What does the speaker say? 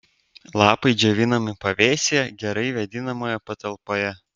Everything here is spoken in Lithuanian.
lapai džiovinami pavėsyje gerai vėdinamoje patalpoje